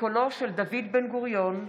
בקולו של דוד בן-גוריון,